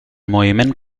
moviment